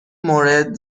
مورد